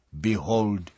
Behold